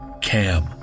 Cam